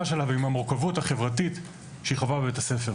שלה ועם המורכבות החברתית שהיא חוותה בבית הספר.